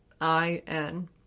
I-N